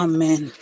Amen